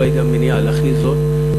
לא הייתה מניעה להכניס זאת,